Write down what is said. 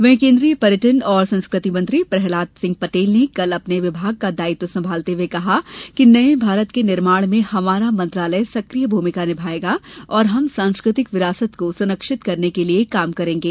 वहीं केन्द्रीय पर्यटन और संस्कृति मंत्री प्रहलाद सिंह पटेल ने कल अपने विभाग का दायित्व संभालते हुए कहा कि नये भारत के निर्माण में हमारा मंत्रालय सकिय भूमिका निभाएगा और हम सांस्कृतिक विरासत को संरक्षित करने के लिये काम करेंगे